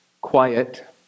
quiet